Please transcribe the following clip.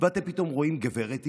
ופתאום אתם רואים גברת.